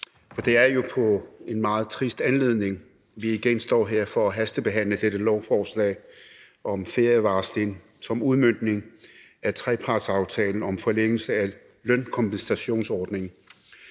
for det er jo i en meget trist anledning, at vi igen står her for at hastebehandle et lovforslag. Det er et lovforslag om ferievarsling – som udmøntning af trepartsaftalen om forlængelse af lønkompensationsordningen.